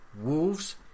wolves